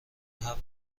هفت